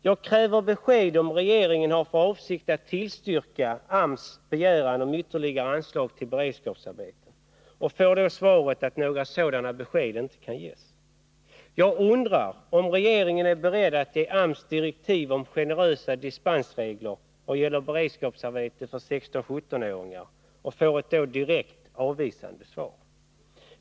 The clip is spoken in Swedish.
Jag kräver besked om huruvida regeringen har för avsikt att tillstyrka AMS begäran om ytterligare anslag till beredskapsarbeten och får då svaret att några sådana besked inte kan ges. Jag undrar om regeringen är beredd att ge AMS direktiv om generösa dispensregler vad gäller beredskapsarbete för 16-17-åringar och får då ett direkt avvisande svar.